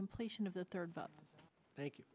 completion of the third thank you